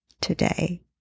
today